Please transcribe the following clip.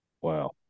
Wow